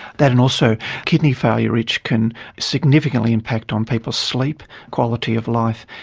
that and also kidney failure itch can significantly impact on people's sleep, quality of life.